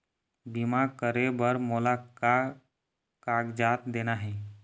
बीमा करे बर मोला का कागजात देना हे?